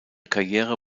karriere